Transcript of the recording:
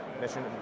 mission